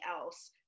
else